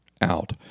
out